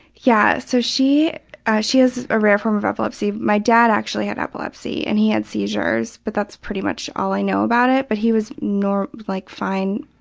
yeah so she she has a rare form of epilepsy. my dad actually had epilepsy and he had seizures, but that's pretty much all i know about it. but he was normal or like fine,